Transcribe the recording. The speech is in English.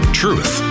truth